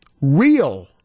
real